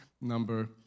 number